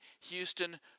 Houston